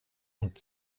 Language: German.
und